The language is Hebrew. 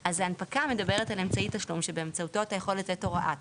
אז ההנפקה מדברת על אמצעי תשלום שבאמצעותו אתה יכול לתת הוראת תשלום,